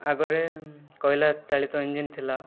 ଆଗରେ ଉଁ କୋଇଲା ଚାଳିତ ଇଞ୍ଜିନ୍ ଥିଲା